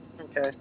okay